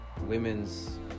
women's